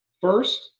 first